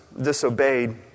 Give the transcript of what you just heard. disobeyed